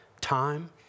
Time